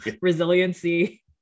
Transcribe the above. resiliency